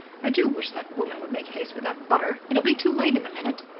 i do wish that woman would make haste with that butter. it'll be too late in a minute.